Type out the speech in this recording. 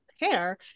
hair